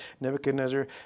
Nebuchadnezzar